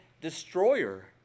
destroyer